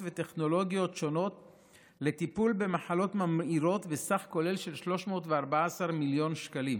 וטכנולוגיות שונות לטיפול במחלות ממאירות בסך כולל של 314 מיליון שקלים,